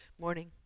morning